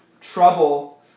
trouble